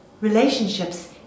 relationships